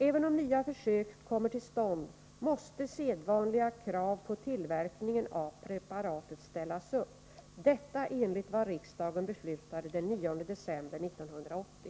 Även om nya försök kommer till stånd måste sedvanliga krav på tillverkningen av preparatet ställas upp — detta enligt vad riksdagen beslutade den 9 december 1980 .